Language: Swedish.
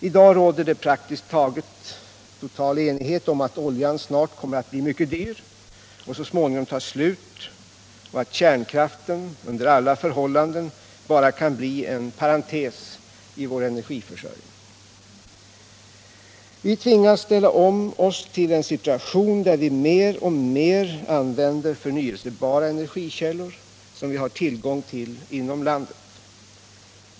I dag råder praktiskt taget total enighet om att oljan snart kommer att bli mycket dyr och så småningom ta slut och att kärnkraften under alla förhållanden bara kan bli en parentes i vår energiförsörjning. Vi tvingas ställa om oss till en situation, där vi mer och mer använder förnyelsebara energikällor, som vi har tillgång till inom landet.